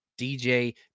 dj